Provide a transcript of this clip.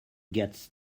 gets